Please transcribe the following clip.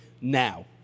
now